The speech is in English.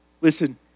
listen